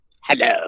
Hello